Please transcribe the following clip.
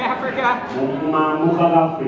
Africa